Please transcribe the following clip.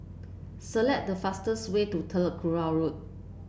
select the fastest way to Telok Kurau Road